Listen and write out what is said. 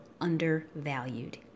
undervalued